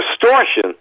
distortion